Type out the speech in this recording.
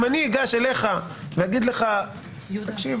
אם אני אגש אליך ואגיד לך: תקשיב,